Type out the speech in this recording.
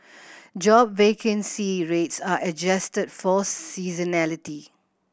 job vacancy rates are adjusted for seasonality